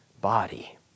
body